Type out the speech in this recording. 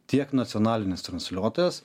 tiek nacionalinis transliuotojas